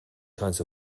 kinds